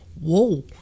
whoa